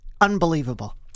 unbelievable